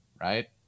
Right